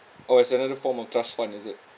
oh it's another form of trust fund is it